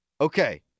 okay